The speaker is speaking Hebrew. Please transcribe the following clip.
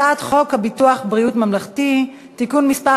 הצעת חוק ביטוח בריאות ממלכתי (תיקון מס'